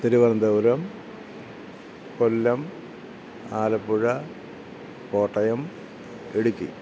Thiruvananthapuram Kollam Alappuzha Kottayam Idukki